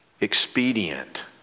expedient